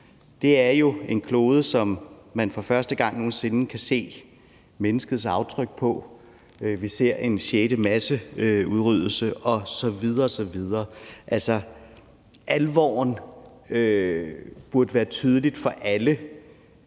vi ser nu, en klode, som man for første gang nogen sinde kan se menneskets aftryk på. Vi ser en sjette masseudryddelse osv. osv. Alvoren burde være tydelig for alle.